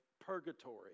purgatory